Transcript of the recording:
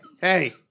Hey